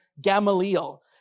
Gamaliel